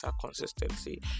consistency